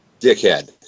dickhead